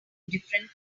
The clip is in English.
different